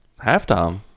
Halftime